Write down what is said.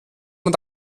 man